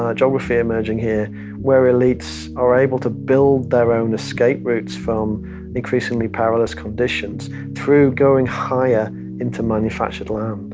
ah geography emerging here where elites are able to build their own escape routes from increasingly perilous conditions through going higher into manufactured land.